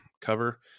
cover